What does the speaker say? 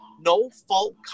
No-fault